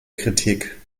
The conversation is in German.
kritik